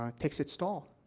ah takes its toll.